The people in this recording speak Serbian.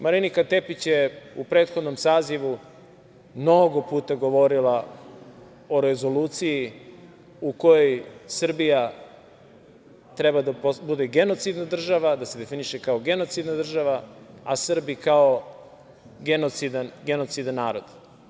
Marinika Tepić je u prethodnom sazivu mnogo puta govorila o rezoluciji u kojoj Srbija treba da bude genocidna država, da se definiše kao genocidna država, a Srbi kao genocidan narod.